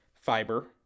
fiber